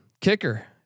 kicker